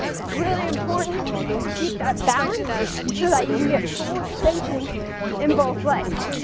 it's really important to keep that balance so that you can get full extension in both legs.